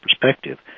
perspective